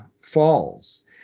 falls